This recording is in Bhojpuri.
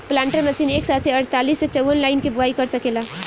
प्लांटर मशीन एक साथे अड़तालीस से चौवन लाइन के बोआई क सकेला